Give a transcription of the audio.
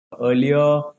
Earlier